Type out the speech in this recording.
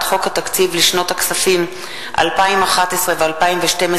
חוק התקציב לשנות הכספים 2011 ו-2012,